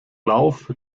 lauf